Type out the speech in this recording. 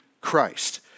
Christ